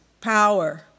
power